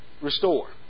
restore